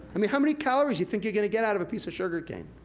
i mean, how many calories you think you're gonna get out of a piece of sugar cane?